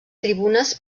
tribunes